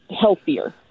healthier